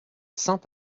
saint